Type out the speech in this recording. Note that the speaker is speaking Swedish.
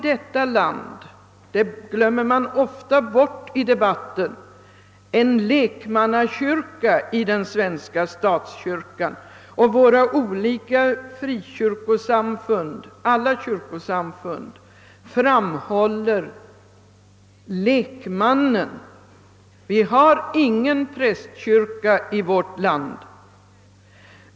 Den svenska statskyrkan är en lekmannakyrka, och alla kyrkosamfund i detta land framhåller lekmannen. Vi har ingen prästkyrka i vårt land.